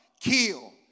kill